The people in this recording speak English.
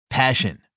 Passion